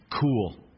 cool